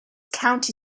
county